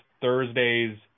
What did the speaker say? Thursdays